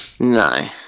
No